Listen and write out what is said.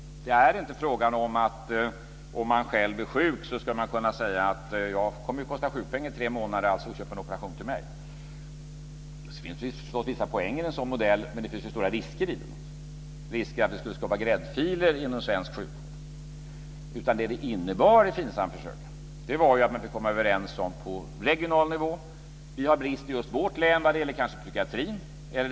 Det är inte fråga om att man, om man själv blir sjuk, ska kunna säga att jag kommer att kosta sjukpeng i tre månader så köp en operation till mig. Det finns förstås vissa poänger med en sådan modell, men det finns också stora risker med den. Det finns en risk att det skulle skapa gräddfiler i svensk sjukvård. Men vad det innebar i FINSAM-försöken var ju att man skulle komma överens på regional nivå. Man skulle säga: Vi har brist i just vårt län vad gäller psykiatrin.